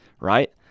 right